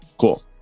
Cool